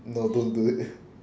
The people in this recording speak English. no don't do it